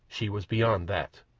she was beyond that.